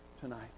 tonight